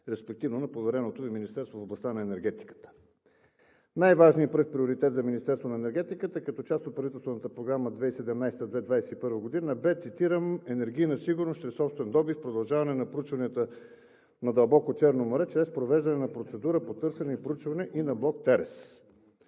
респективно на повереното Ви министерство в областта на енергетиката. Най-важният и пръв приоритет за Министерството на енергетиката като част от правителствата програма 2017 – 2021 г. бе, цитирам: „Енергийна сигурност чрез собствен добив. Продължаване на проучванията на дълбоко Черно море чрез провеждане на процедура по търсене и проучване и на блок